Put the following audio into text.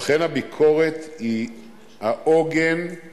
והפלטפורמה שסיפקה הוועדה